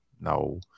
No